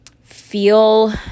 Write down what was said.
feel